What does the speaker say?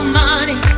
money